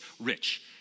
rich